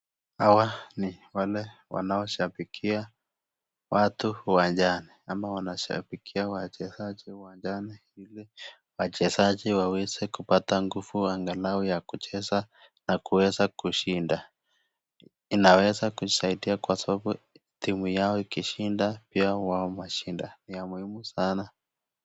Hawa ni wale wanaoshabikia watu uwanjani ama wanashabikia wachezaji uwanjani ili wachezaji waweze kupata nguvu angalau ya kucheza na kuweza kushinda inaweza kusaidia kwa sababu timu yao ikishinda pia wao washinda ni ya muhimu sana.